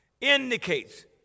indicates